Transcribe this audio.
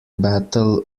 battle